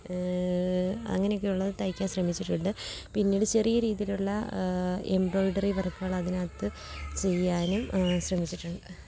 അങ്ങനെയൊക്കെയുള്ള തയ്ക്കാൻ ശ്രമിച്ചിട്ടുണ്ട് പിന്നീട് ചെറിയ രീതിയിലുള്ള എംബ്രോയ്ഡറി വർക്കുകൾ അതിനകത്ത് ചെയ്യാനും ശ്രമിച്ചിട്ടുണ്ട്